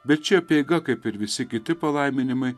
bet ši apeiga kaip ir visi kiti palaiminimai